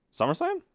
Summerslam